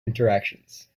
interactions